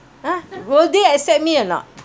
will they accept me or not